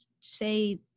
say